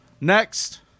Next